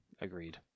agreed